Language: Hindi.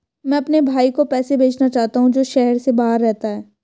मैं अपने भाई को पैसे भेजना चाहता हूँ जो शहर से बाहर रहता है